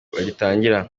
bagitangira